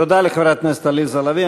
תודה לחברת הכנסת עליזה לביא.